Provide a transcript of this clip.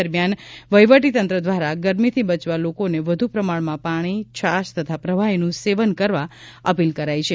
દરમિયાન વહીવટી તંત્ર દ્વારા ગરમીથી બચવા લોકોને વધુ પ્રમાણમાં પાણી છાશ તથા પ્રવાહીનું સેવન કરવા અપીલ કરાઈ છે